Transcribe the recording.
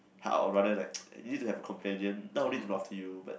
or rather like you need to have a companion not only to look after you but